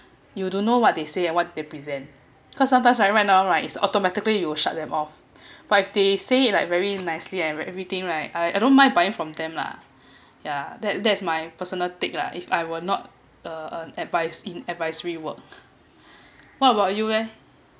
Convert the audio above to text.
you don't know what they say and what they present because sometimes right right now right is automatically you shut them off but if they say it like very nicely and everything right I I don't mind buying from them lah yeah that that's my personal take lah if I were not uh uh advice in advisory work what about you eh